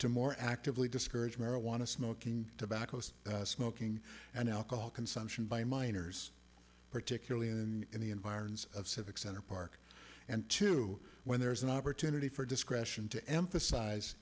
to more actively discourage marijuana smoking tobacco smoking and alcohol consumption by minors particularly in the environs of civic center park and to when there is an opportunity for discretion to emphasize